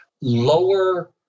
lower